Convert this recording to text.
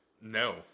No